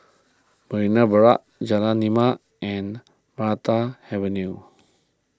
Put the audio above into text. Marina Barrage Jalan Lima and Maranta Avenue